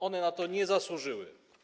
One na to nie zasłużyły.